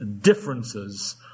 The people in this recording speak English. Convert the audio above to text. differences